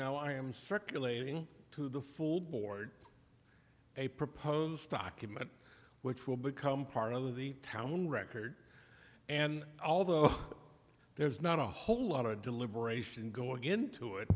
now i am circulating to the full board a proposed document which will become part of the town record and although there's not a whole lot of deliberation going into it